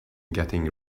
getting